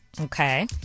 Okay